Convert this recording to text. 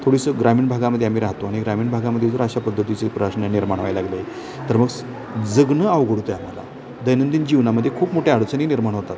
थोडीस ग्रामीण भागामध्ये आम्ही राहतो आणि ग्रामीण भागामध्ये जर अशा पद्धतीचे प्रश्न निर्माण होऊ लागले तर मग जगणं अवघड होते आम्हाला दैनंदिन जीवनामध्ये खूप मोठ्या अडचणी निर्माण होतात